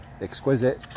exquisite